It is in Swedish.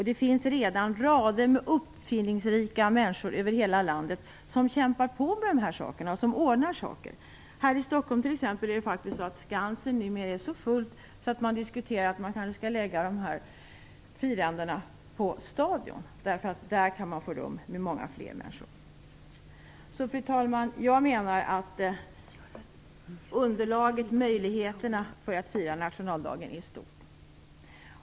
Det finns redan rader av uppfinningsrika människor över hela landet som kämpar på och som ordnar saker. Här i Stockholm t.ex. är Skansen numera så fullt att man diskuterar möjligheten att förlägga firandet till Stadion, där många fler människor skulle få rum. Fru talman! Jag menar att underlaget, möjligheterna för att fira nationaldagen är stora.